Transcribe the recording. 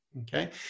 Okay